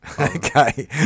Okay